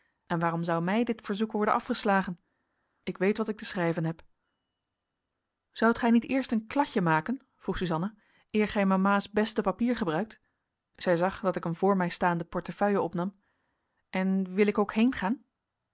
en waarom zou mij dit verzoek worden afgeslagen ik weet wat ik te schrijven heb zoudt gij niet eerst een kladje maken vroeg suzanna eer gij mama's beste papier gebruikt zij zag dat ik een voor mij staande portefeuille opnam en wil ik ook